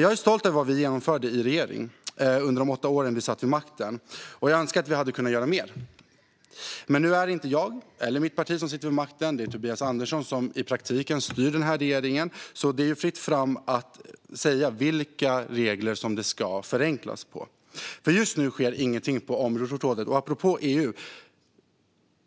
Jag är stolt över vad vi genomförde under de åtta år som vi satt vid makten, och jag önskar att vi hade kunnat göra mer. Men nu är det inte jag eller mitt parti som sitter vid makten, utan det är Tobias Andersson som i praktiken styr den här regeringen, så det är ju fritt fram att säga vilka regler som ska förenklas. Just nu sker ingenting på området, och apropå EU: